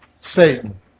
Satan